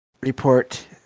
report